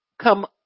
come